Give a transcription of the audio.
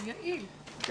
ננעלה בשעה 11:56.